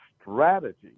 strategy